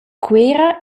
cuera